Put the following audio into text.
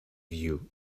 you